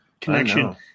connection